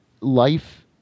Life